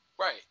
Right